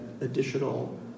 additional